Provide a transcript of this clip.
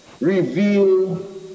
reveal